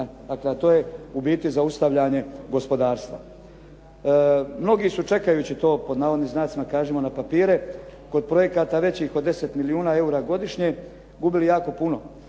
A to je u biti zaustavljanje gospodarstva. Mnogi su čekajući to pod navodnim znacima kažimo na papire, kod projekata veći od 10 milijuna eura godišnje gubili jako puno.